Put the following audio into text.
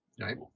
right